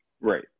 right